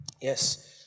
yes